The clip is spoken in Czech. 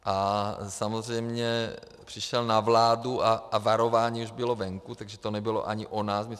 A samozřejmě přišel na vládu a varování už bylo venku, takže to nebylo ani o nás.